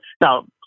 now